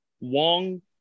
Wong